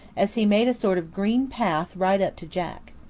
as he made a sort of green path right up to jack.